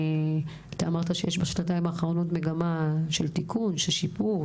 אתה אמרת שיש בשנתיים האחרונות מגמה של תיקון שיפור,